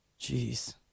Jeez